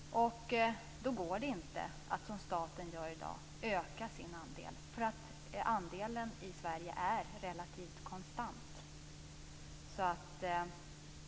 Då går det inte att som staten gör i dag öka sin andel. Andelen i Sverige är relativt konstant.